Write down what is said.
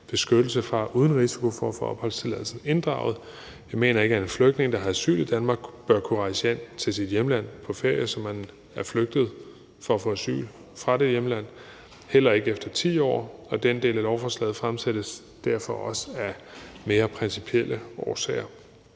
beskyttelse fra, uden risiko for at få opholdstilladelsen inddraget. Jeg mener ikke, at en flygtning, der har asyl i Danmark, bør kunne rejse hjem på ferie i det hjemland, som vedkommende er flygtet fra for at få asyl, heller ikke efter 10 år, og den del af lovforslaget fremsættes derfor også af mere principielle årsager.